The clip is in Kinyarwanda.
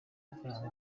amafaranga